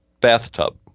bathtub